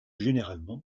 généralement